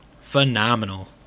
Phenomenal